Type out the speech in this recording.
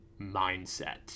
mindset